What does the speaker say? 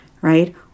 right